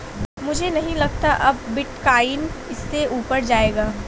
मुझे नहीं लगता अब बिटकॉइन इससे ऊपर जायेगा